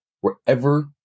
wherever